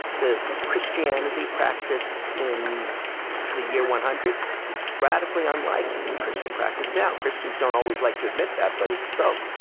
the christianity practiced in the year one hundred is radically unlike christian practice now. christians don't always like to admit that, but it's so.